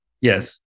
Yes